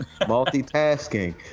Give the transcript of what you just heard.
Multitasking